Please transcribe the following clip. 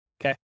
Okay